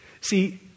See